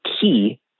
key